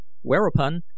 whereupon